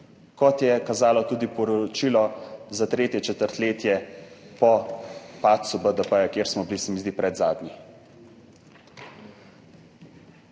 kot je kazalo tudi poročilo za tretje četrtletje po padcu BDP, kjer smo bili, se mi zdi, predzadnji.